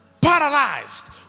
paralyzed